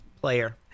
player